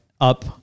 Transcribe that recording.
up